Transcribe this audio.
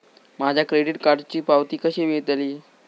माझ्या क्रेडीट कार्डची पावती कशी मिळतली?